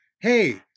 Hey